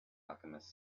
alchemist